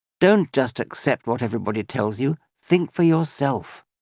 don't just accept what everybody tells you, think for yourself.